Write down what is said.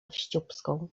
wściubską